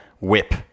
whip